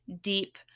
deep